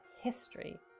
history